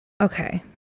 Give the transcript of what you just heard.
Okay